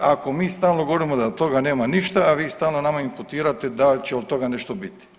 Ako mi stalno govorimo da od toga nema ništa, a vi stalno nama imputirate da će od toga nešto biti.